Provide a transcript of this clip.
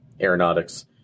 aeronautics